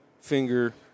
finger